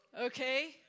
Okay